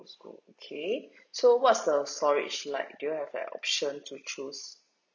okay so what's the storage like do you have the option to choose